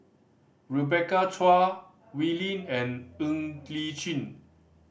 Rebecca Chua Wee Lin and Ng Li Chin